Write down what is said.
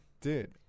Dude